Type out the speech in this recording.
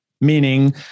meaning